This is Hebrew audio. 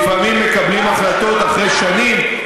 שלפעמים מקבלים החלטות אחרי שנים,